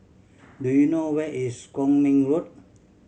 do you know where is Kwong Min Road